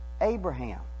Abraham